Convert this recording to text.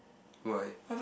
why